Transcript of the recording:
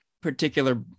particular